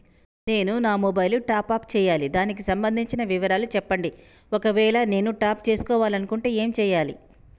నేను నా mobile top up చేయాలి దానికి సంబంధించిన వివరాలు చెప్పండి ఒకవేళ నేను టాప్ చేసుకోవాలనుకుంటే ఏం చేయాలి?